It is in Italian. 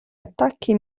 attacchi